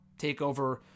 TakeOver